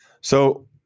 So-